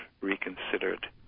reconsidered